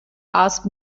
ask